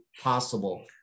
possible